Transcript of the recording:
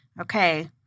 okay